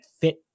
fit